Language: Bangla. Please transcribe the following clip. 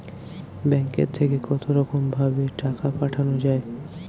ব্যাঙ্কের থেকে কতরকম ভাবে টাকা পাঠানো য়ায়?